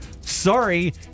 sorry